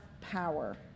power